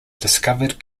discovered